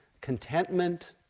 contentment